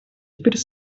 теперь